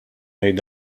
ngħid